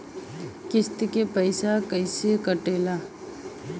किस्त के पैसा कैसे कटेला?